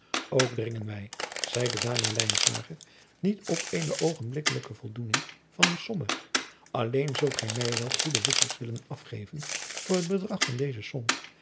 ook dringen wij zeide daarna lijnslager niet op eene oogenblikkelijke voldoening van die somme alleen zult gij mij wel goede wissels willen afgeven voor het bedrag van deze som